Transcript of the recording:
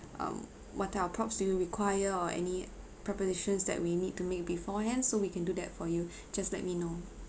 um what type of props do you require or any preparations that we need to make beforehand so we can do that for you just let me know